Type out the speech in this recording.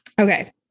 Okay